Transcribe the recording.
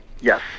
Yes